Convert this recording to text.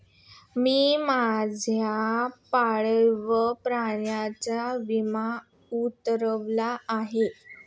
मी माझ्या पाळीव प्राण्याचा विमा उतरवला आहे